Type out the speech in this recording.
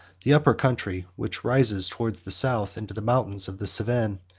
the upper country, which rises towards the south into the mountains of the cevennes,